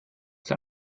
der